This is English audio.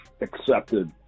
accepted